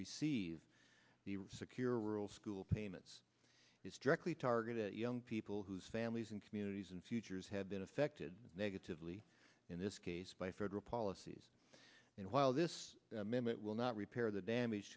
receive the security school payments is directly targeted at young people whose families and communities and futures have been affected negatively in this case by federal policies and while this amendment will not repair the damage